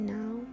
now